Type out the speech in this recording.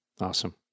Awesome